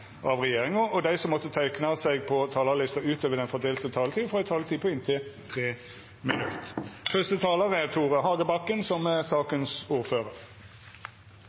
av regjeringa, og dei som måtte teikna seg på talarlista utover den fordelte taletida, får ei taletid på inntil 3 minutt. Denne saken handler om forslag fra regjeringa om endringer i pasientskadeloven, som